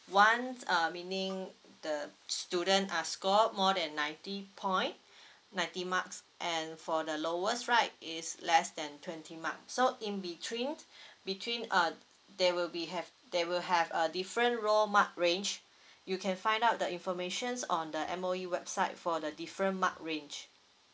one uh meaning the student are score more than ninety point ninety marks and for the lowest right is less than twenty mark so in between between uh there will be have there will have a different raw mark range you can find out the informations on the M_O_E website for the different mark range